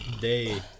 day